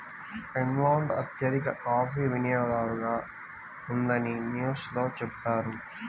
Finland అత్యధిక coffee వినియోగదారుగా ఉందని న్యూస్ లో చెప్పారు